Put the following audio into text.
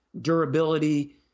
durability